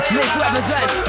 Misrepresent